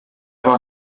war